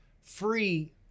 free